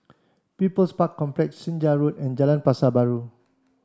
People's Park Complex Senja Road and Jalan Pasar Baru